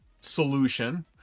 solution